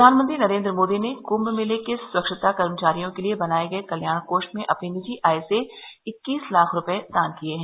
प्रधानमंत्री नरेन्द्र मोदी ने कुंभ मेले के स्वच्छता कर्मचारियों के लिए बनाए गए कल्याण कोष में अपनी निजी आय से इक्कीस लाख रूपये दान किए हैं